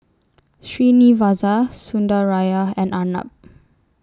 Srinivasa Sundaraiah and Arnab